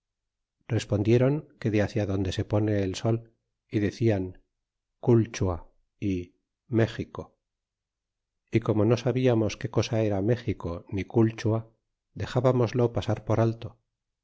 respondieron que de hacia donde se pone el sol y dc clan clachua y méxico y como no sabíamos qué cosa era méxico ni culchua dexábamoslo pasar por alto